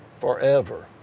forever